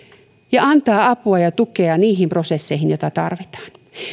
ja antaa apua ja tukea niihin prosesseihin joissa tarvitaan